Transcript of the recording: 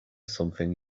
something